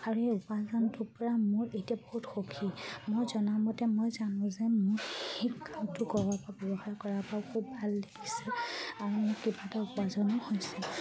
আৰু এই উপাৰ্জনটোৰ পৰা মোৰ এতিয়া বহুত সুখী মই জনামতে মই জানো যে মোৰ সেই কামটো ক'ব ব্যৱহাৰ কৰাৰ পৰাও খুব ভাল লাগিছে আৰু মোৰ কিবা এটা উপাৰ্জনো হৈছে